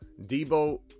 Debo